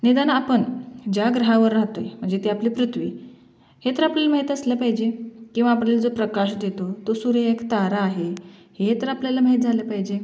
निदान आपण ज्या ग्रहावर राहतो आहे म्हणजे ते आपली पृथ्वी हे तर आपल्याला माहीत असलं पाहिजे किंवा आपल्याला जो प्रकाश देतो तो सूर्य एक तारा आहे हे तर आपल्याला माहीत झालं पाहिजे